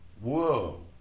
whoa